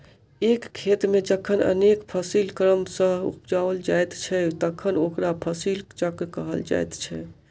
एक खेत मे जखन अनेक फसिल क्रम सॅ उपजाओल जाइत छै तखन ओकरा फसिल चक्र कहल जाइत छै